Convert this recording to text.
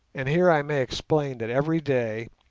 and here i may explain that every day,